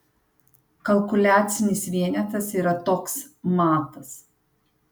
kalkuliacinis vienetas yra toks matas